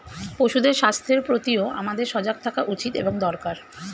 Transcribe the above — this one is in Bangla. পশুদের স্বাস্থ্যের প্রতিও আমাদের সজাগ থাকা উচিত এবং দরকার